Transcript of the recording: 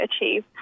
achieve